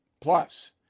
Plus